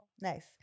Nice